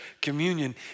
communion